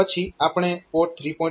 પછી આપણે P3